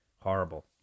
Horrible